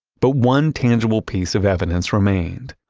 but one tangible piece of evidence remained.